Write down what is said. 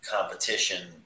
competition